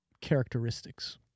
characteristics